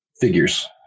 figures